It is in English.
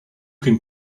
can